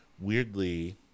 weirdly